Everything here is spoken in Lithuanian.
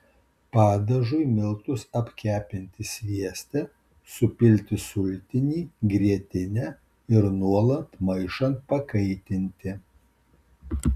padažui miltus apkepinti svieste supilti sultinį grietinę ir nuolat maišant pakaitinti